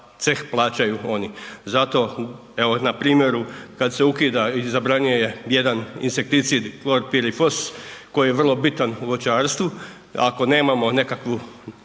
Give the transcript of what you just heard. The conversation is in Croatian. ceh plaćaju oni. Zato evo, na primjeru, kad se ukida ili zabranjuje jedan insekticid, klorpirifos, koji je vrlo bitan u voćarstvu, ako nemamo nekakvu